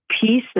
pieces